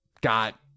got